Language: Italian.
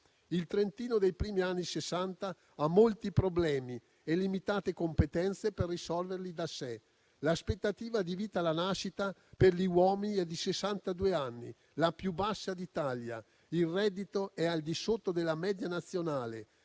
Il Trentino dei primi anni Sessanta ha molti problemi e limitate competenze per risolverli da sé; l'aspettativa di vita alla nascita per gli uomini è di sessantadue anni, la più bassa d'Italia; il reddito è al di sotto della media nazionale;